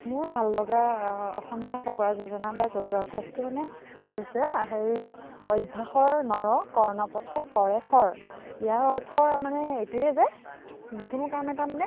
মোৰ ভাল লগা অসমীয়া ফকৰা যোযনা বা জতুৱা ঠাচটো মানে হৈছে হেৰি অভ্যাসৰ নৰ কৰ্ণপঠে কৰে শৰ ইয়াৰ অৰ্থ মানে এইটোয়ে যে যিকোনো কাম এটা মানে